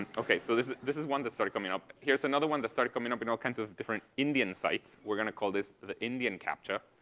and okay. so this this is one that started coming up. here's another one that started coming up in all kinds of different indian sites. we're going to call this the indian captcha.